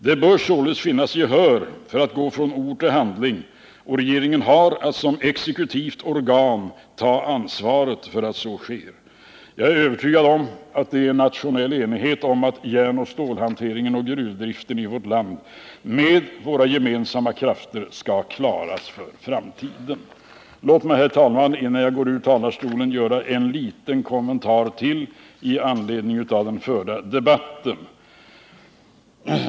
Det bör således finnas gehör för att gå från ord till handling, och regeringen har att som exekutivt organ ta ansvaret för att så sker. Jag är övertygad om att det är nationell enighet om att järnoch stålhanteringen och gruvdriften i vårt land med våra gemensamma krafter skall klaras också för framtiden. Herr talman! Låt mig innan jag lämnar talarstolen göra ytterligare en liten kommentar i anledning av den förda debatten.